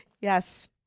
Yes